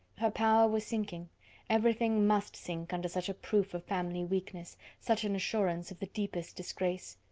her power was sinking everything must sink under such a proof of family weakness, such an assurance of the deepest disgrace.